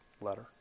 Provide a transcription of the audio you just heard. letter